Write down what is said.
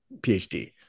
PhD